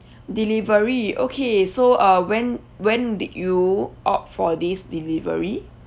delivery okay so uh when when did you opt for this delivery